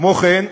כמו כן,